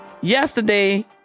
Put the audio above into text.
yesterday